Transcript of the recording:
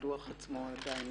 הדוח עצמו עדין